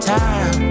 time